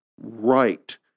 right